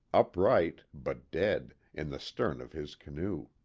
upright but dead, in the stern of his canoe.